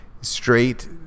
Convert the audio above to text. Straight